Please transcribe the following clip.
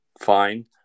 fine